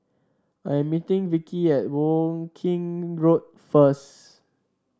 I am meeting Vickey at Woking Road first